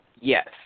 Yes